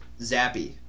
Zappy